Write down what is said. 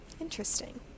interesting